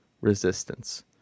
resistance